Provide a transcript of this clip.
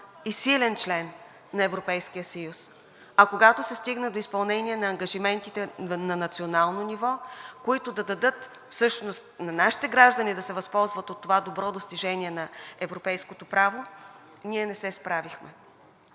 и силен член на Европейския съюз, а когато се стигна до изпълнение на ангажиментите на национално ниво, които да дадат всъщност на нашите граждани да се възползват от това добро достижение на европейското право, ние не се справихме.